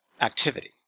activity